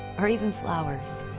or even flowers,